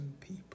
people